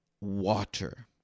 water